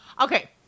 Okay